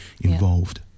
involved